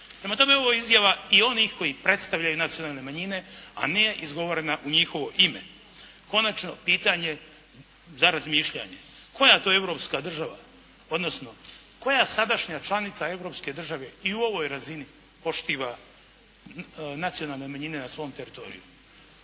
Prema tome ovo je izjava i onih koji predstavljaju nacionalne manjine, a nije izgovorena u njihovo ime. Konačno pitanje za razmišljanje. Koja to europska država, odnosno koja sadašnja članica europske države i u ovoj razini poštiva nacionalne manjine na svom teritoriju?